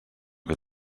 que